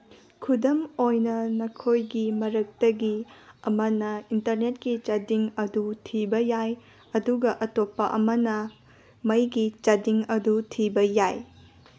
ꯈꯨꯗꯝ ꯑꯣꯏꯅ ꯅꯈꯣꯏꯒꯤ ꯃꯔꯛꯇꯒꯤ ꯑꯃꯅ ꯏꯟꯇꯔꯅꯦꯠꯀꯤ ꯆꯥꯗꯤꯡ ꯑꯗꯨ ꯊꯤꯕ ꯌꯥꯏ ꯑꯗꯨꯒ ꯑꯇꯣꯞꯄ ꯑꯃꯅ ꯃꯩꯒꯤ ꯆꯥꯗꯤꯡ ꯑꯗꯨ ꯊꯤꯕ ꯌꯥꯏ